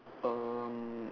um